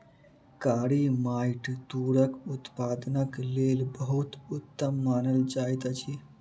कारी माइट तूरक उत्पादनक लेल बहुत उत्तम मानल जाइत अछि